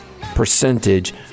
percentage